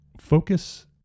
Focus